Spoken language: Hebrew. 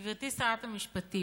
גברתי שרת המשפטים,